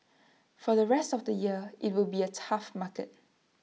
for the rest of the year IT will be A tough market